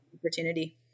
Opportunity